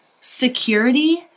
security